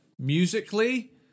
musically